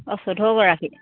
অঁ চৈধ্য়গৰাকী